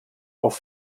auf